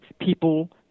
people